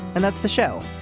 and that's the show.